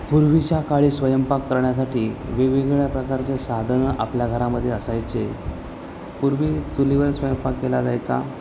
पूर्वीच्या काळी स्वयंपाक करण्यासाठी वेगवेगळ्या प्रकारचे साधनं आपल्या घरामध्ये असायचे पूर्वी चुलीवर स्वयंपाक केला जायचा